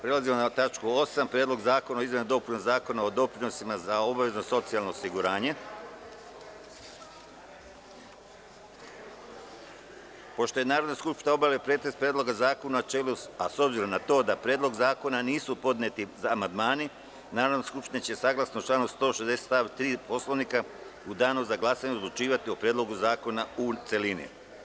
Prelazimo na 8. tačku dnevnog reda – PREDLOG ZAKONA O IZMENAMA I DOPUNAMA ZAKONA O DOPRINOSIMA ZA OBAVEZNO SOCIJALNO OSIGURANjE Pošto je Narodna skupština obavila pretres Predloga zakona u načelu, a s obzirom na to da na Predlog zakona nisu podneti amandmani Narodna skupština će saglasno članu 160. stav 3. Poslovnika u danu za glasanje odlučivati o Predlogu zakona u celini.